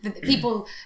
people